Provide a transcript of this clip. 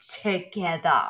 together